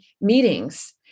meetings